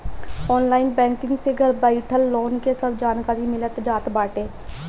online banking से घर बइठल लोन के सब जानकारी मिल जात बाटे